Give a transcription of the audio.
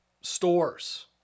stores